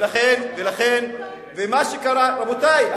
רבותי,